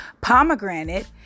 pomegranate